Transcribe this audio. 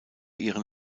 ihren